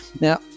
Now